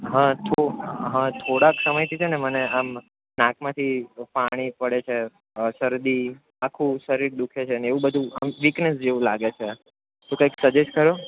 હં તો હં થોડાક સમયથી છે ને મને આમ નાકમાંથી પાણી પડે છે શરદી આખું શરીર દુઃખે છે ને એવું બધું આમ વિકનેસ જેવું લાગે છે તો કાંઈક સજેસ્ટ કરો